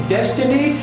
Destiny